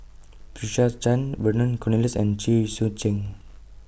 Patricia Chan Vernon Cornelius and Chen Sucheng